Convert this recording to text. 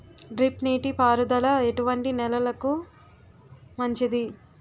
Drip నీటి పారుదల ఎటువంటి నెలలకు మంచిది?